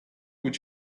would